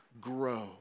grow